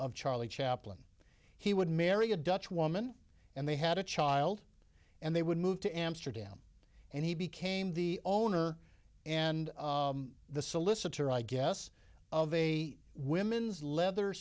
of charlie chaplin he would marry a dutch woman and they had a child and they would move to amsterdam and he became the owner and the solicitor i guess of a women's leather